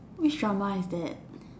which drama is that